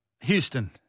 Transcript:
Houston